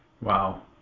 Wow